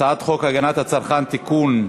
הצעת חוק הגנת הצרכן (תיקון,